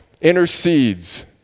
Intercedes